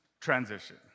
transition